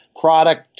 product